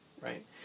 right